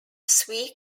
sui